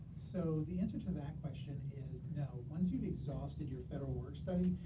so, the answer to that question is no. once you've exhausted your federal work study,